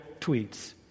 tweets